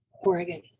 oregon